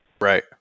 right